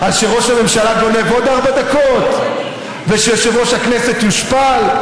שראש הממשלה גונב עוד ארבע דקות ושיושב-ראש הכנסת הושפל,